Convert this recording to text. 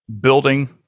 building